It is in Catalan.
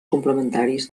complementaris